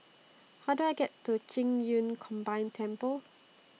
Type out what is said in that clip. How Do I get to Qing Yun Combined Temple